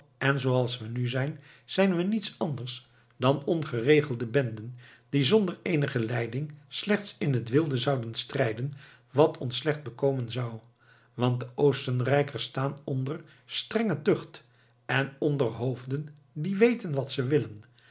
en zooals we nu zijn zijn we niets anders dan ongeregelde benden die zonder eenige leiding slechts in het wilde zouden strijden wat ons slecht bekomen zou want de oostenrijkers staan onder strenge tucht en onder hoofden die weten wat ze willen